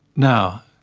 now,